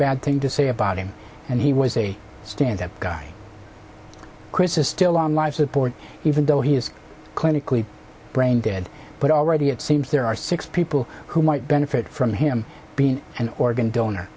bad thing to say about him and he was a stand up guy chris is still on life support even though he is clinically brain dead but already it seems there are six people who might benefit from him being an organ donor